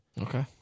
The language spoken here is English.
Okay